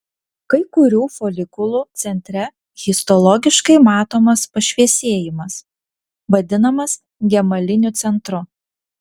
kai kurių folikulų centre histologiškai matomas pašviesėjimas vadinamas gemaliniu centru